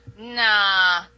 Nah